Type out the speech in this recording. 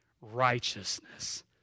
righteousness